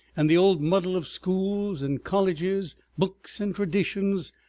and the old muddle of schools and colleges, books and traditions,